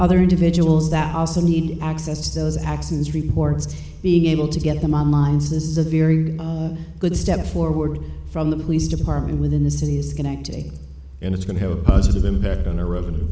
other individuals that also need access to those accident reports to be able to get them on lines this is a very good step forward from the police department within the city is connecting and it's going to have a positive impact on our revenue